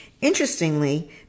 Interestingly